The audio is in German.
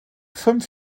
fünf